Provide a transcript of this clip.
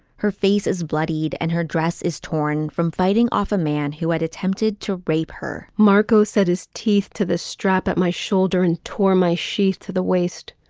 her face is bloodied and her dress is torn from fighting off a man who had attempted to rape her marco said his teeth to the strap at my shoulder and tore my sheath to the waist.